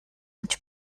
эмч